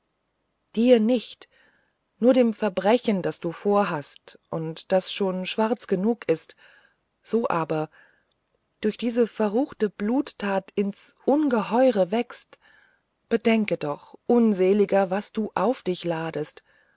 dir nicht nur dem verbrechen das du vorhast und das schon schwarz genug ist so aber durch solche verruchte bluttat ins ungeheuere wächst bedenke doch unseliger was du auf dich ladest